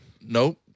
Nope